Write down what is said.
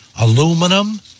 Aluminum